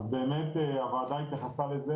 אז באמת הוועדה התייחסה לזה